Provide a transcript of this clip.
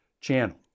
channel